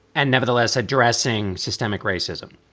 and nevertheless addressing systemic racism.